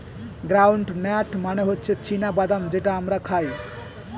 ground nut মানে হচ্ছে চীনা বাদাম যেটা আমরা খাই